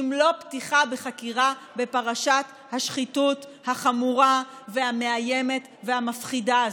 אם לא פתיחה בחקירה בפרשת השחיתות החמורה והמאיימת והמפחידה הזאת.